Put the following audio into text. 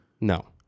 No